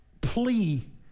plea